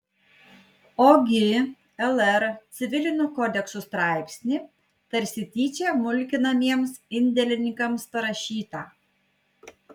ogi lr civilinio kodekso straipsnį tarsi tyčia mulkinamiems indėlininkams parašytą